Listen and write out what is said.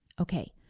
Okay